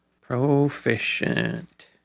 Proficient